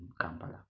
Kampala